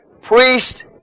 Priest